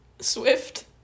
Swift